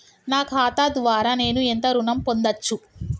నా ఖాతా ద్వారా నేను ఎంత ఋణం పొందచ్చు?